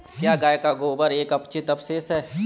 क्या गाय का गोबर एक अपचित अवशेष है?